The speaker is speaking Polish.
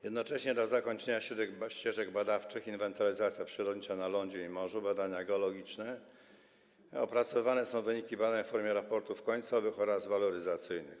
Jednocześnie w celu zakończenia ścieżek badawczych: inwentaryzacja przyrodnicza na lądzie i morzu, badania geologiczne opracowywane są wyniki badań w formie raportów końcowych oraz waloryzacyjnych.